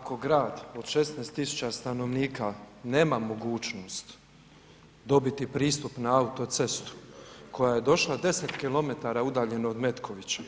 Poštovani ako grad od 16 tisuća stanovnika nema mogućnost dobiti pristup na autocestu koja je došla 10km udaljene od Metkovića